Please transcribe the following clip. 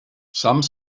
some